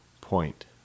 point